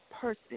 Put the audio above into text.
person